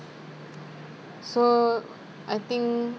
so I think